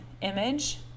image